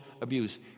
abuse